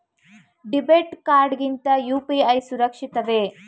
Debit card ಗಿಂತ UPI ಸುರಕ್ಷಿತವೇ?